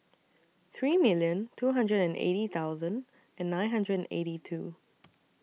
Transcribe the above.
three million two hundred and eighty thousand and nine hundred and eighty two